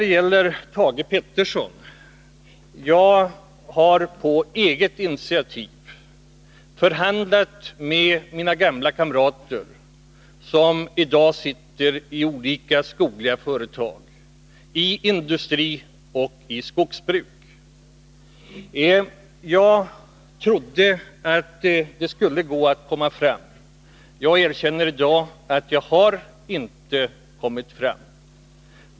Till Thage Peterson vill jag säga att jag på eget initiativ har förhandlat med mina gamla kamrater som i dag sitter i olika företag i industri och skogsbruk. Jag trodde att det skulle gå att komma fram den vägen. Jag erkänner i dag att jaginte har lyckats med det.